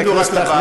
חיכינו רק לוועדה,